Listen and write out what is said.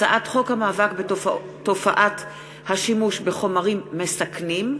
הצעת חוק המאבק בתופעת השימוש בחומרים מסוכנים,